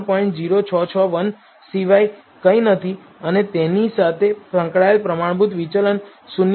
0661 સિવાય કંઈ નથી અને તેની સાથે સંકળાયેલ પ્રમાણભૂત વિચલન 0